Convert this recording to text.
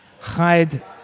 hide